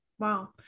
Wow